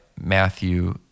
Matthew